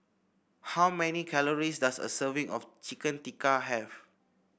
how many calories does a serving of Chicken Tikka have